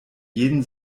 jeden